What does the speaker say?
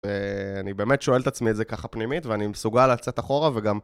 ואני באמת שואל את עצמי את זה ככה פנימית, ואני מסוגל לצאת אחורה וגם...